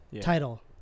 title